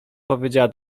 powiedziała